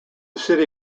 city